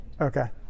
Okay